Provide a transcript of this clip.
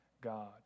God